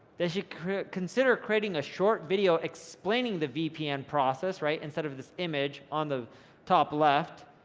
they should consider creating a short video explaining the vpn process, right, instead of this image on the top left.